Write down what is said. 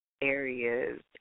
areas